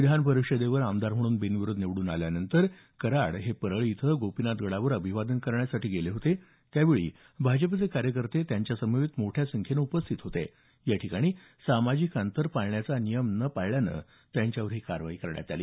विधान परिषदेवर आमदार म्हणून बिनविरोध निवडून आल्यावर कराड हे परळी इथं गोपीनाथ गडावर अभिवादन करण्यासाठी गेले होते यावेळी भाजपाचे कार्यकर्ते त्यांच्या समवेत मोठ्या संख्येने उपस्थित होते या ठिकाणी सामाजिक अंतर न ठेवल्यानं त्यांच्यावर ही कारवाई करण्यात आली